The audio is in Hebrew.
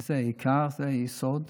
זה העיקר, זה היסוד.